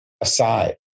aside